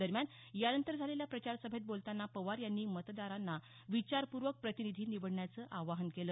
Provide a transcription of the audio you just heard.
दरम्यान यानंतर झालेल्या प्रचार सभेत बोलताना पवार यांनी मतदारांना विचारपूर्वक प्रतिनिधी निवडण्याचं आवाहन केलं